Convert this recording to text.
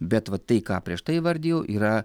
bet va tai ką prieš tai įvardijau yra